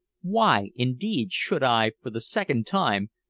why, indeed, should i, for the second time,